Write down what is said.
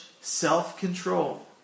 self-control